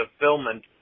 fulfillment